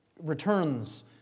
returns